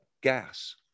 gas